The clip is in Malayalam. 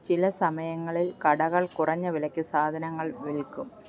ചില സമയങ്ങളിൽ കടകൾ കുറഞ്ഞ വിലയ്ക്ക് സാധനങ്ങൾ വിൽക്കും